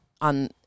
on